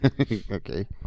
Okay